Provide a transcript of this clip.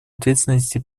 ответственности